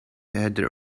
had